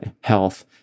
health